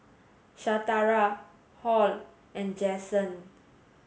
Shatara Hall and Jaxson